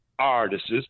Artists